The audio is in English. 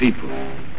people